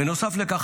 בנוסף לכך,